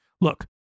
Look